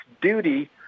duty